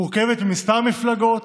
מורכבת מכמה מפלגות,